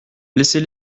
laissez